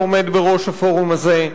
שעומד בראש הפורום הזה,